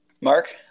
Mark